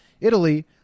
Italy